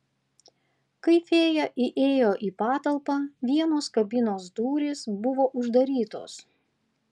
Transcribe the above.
kai fėja įėjo į patalpą vienos kabinos durys buvo uždarytos